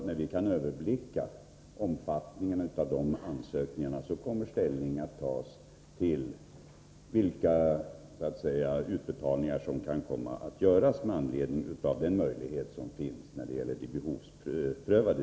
När vi kan överblicka omfattningen av dessa ansökningar kommer ställning att tas till vilka utbetalningar av behovsprövade bidrag som kan komma att göras.